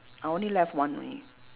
I only left one only